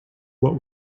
what